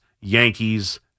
Yankees